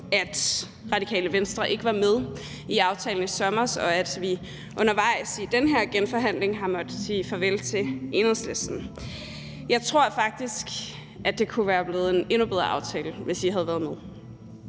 at Radikale Venstre ikke var med aftalen i sommers, og at vi undervejs i den her genforhandling har måttet sige farvel til Enhedslisten. Jeg tror faktisk, at det kunne være blevet en endnu bedre aftale, hvis I havde været med.